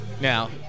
Now